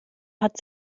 hat